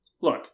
Look